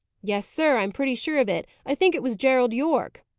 yes, sir i am pretty sure of it. i think it was gerald yorke.